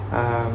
um